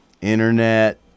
Internet